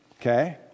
okay